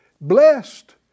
Blessed